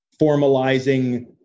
formalizing